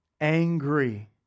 angry